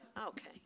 Okay